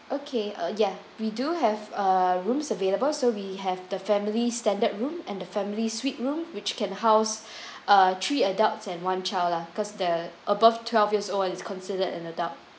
okay ah yeah we do have err rooms available so we have the family's standard room and the family suite room which can house uh three adults and one child lah because the above twelve years old is considered an adult